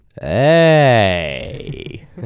Hey